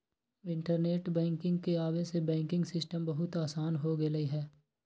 internet banking के आवे से बैंकिंग सिस्टम बहुत आसान हो गेलई ह